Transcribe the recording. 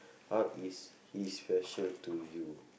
how is he special to you